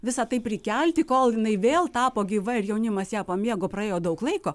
visa tai prikelti kol jinai vėl tapo gyva ir jaunimas ją pamėgo praėjo daug laiko